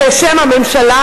ניתן כוח אלוקי בדיבור -- תודה.